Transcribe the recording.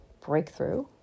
breakthrough